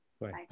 Right